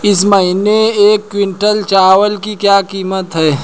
इस महीने एक क्विंटल चावल की क्या कीमत है?